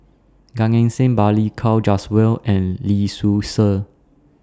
Gan Eng Seng Balli Kaur Jaswal and Lee Seow Ser